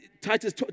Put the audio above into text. Titus